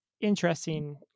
interesting